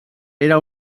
era